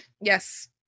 Yes